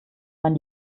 wenn